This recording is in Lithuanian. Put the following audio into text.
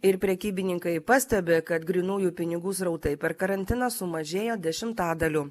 ir prekybininkai pastebi kad grynųjų pinigų srautai per karantiną sumažėjo dešimtadaliu